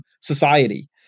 society